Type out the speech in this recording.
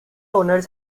owners